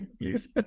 please